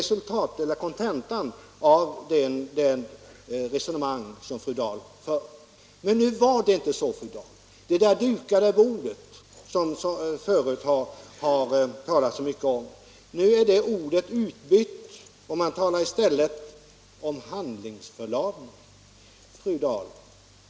Detta är kontentan av det resonemang fru Dahl för. Men nu förhöll det sig inte så, fru Dahl. Uttrycket det dukade bordet, som man förut talat så mycket om, är nu utbytt och man talar i stället om handlingsförlamning.